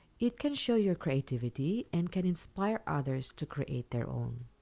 it can show your creativity, and can inspire others to create their own.